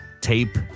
tape